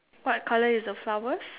what colour is the flowers